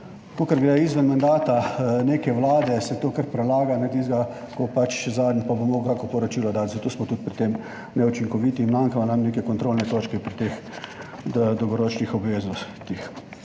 Kakor gre izven mandata neke vlade, se to kar prelaga na tistega, ko bo pač zadnji pa bo moral kakšno poročilo dati. Zato smo tudi pri tem neučinkoviti in manjkajo nam neke kontrolne točke pri teh dolgoročnih obveznostih.